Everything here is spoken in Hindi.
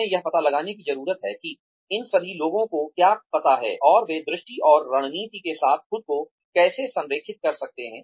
हमें यह पता लगाने की जरूरत है कि इन सभी लोगों को क्या पता है और वे दृष्टि और रणनीति के साथ खुद को कैसे संरेखित कर सकते हैं